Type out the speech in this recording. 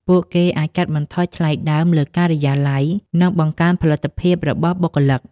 ពួកគេអាចកាត់បន្ថយថ្លៃដើមលើការិយាល័យ និងបង្កើនផលិតភាពរបស់បុគ្គលិក។